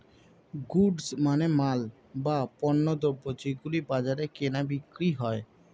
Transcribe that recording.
goods মানে মাল, বা পণ্যদ্রব যেগুলো বাজারে কেনা বিক্রি হয়